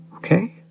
Okay